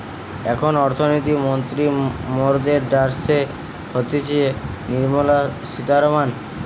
এখন অর্থনীতি মন্ত্রী মরদের ড্যাসে হতিছে নির্মলা সীতারামান